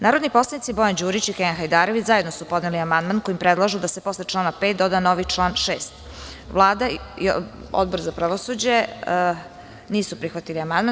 Narodni poslanici Bojan Đurić i Kenan Hajdarević zajedno su podneli amandman kojim predlažu da se posle člana 5. doda novi član 6. Vlada i Odbor za pravosuđe nisu prihvatili amandman.